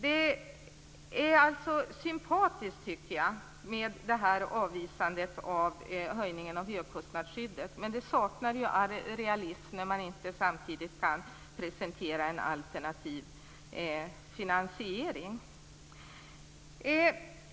Jag tycker visserligen att avvisandet av förändringen av högkostnadsskyddet är sympatiskt, men det saknar all realism när man inte samtidigt kan presentera en alternativ finansiering.